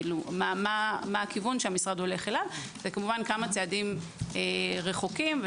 מה הכיוון שהמשרד הולך אליו וכמה צעדים רחוקים.